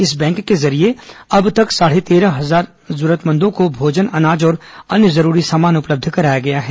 इस बैंक के जरिये अब तक साढ़े तेरह हजार जरूरतमंदों को भोजन अनाज और अन्य जरूरी सामान उपलब्ध कराया गया है